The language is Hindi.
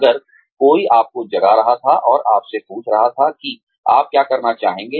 अगर कोई आपको जगा रहा था और आपसे पूछ रहा था कि आप क्या करना चाहते हैं